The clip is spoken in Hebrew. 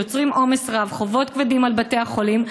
ויוצרים עומס רב וחובות כבדים על בתי החולים.